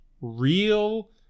real